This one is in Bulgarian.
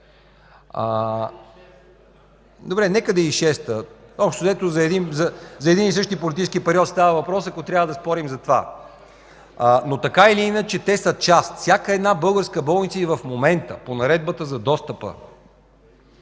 Добре, нека да е 2006 г. Общо взето за един и същи политически период става въпрос, ако трябва да спорим за това. Така или иначе, те са част. Всяка една българска болница и в момента по Наредбата за достъпа